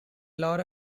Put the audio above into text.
lot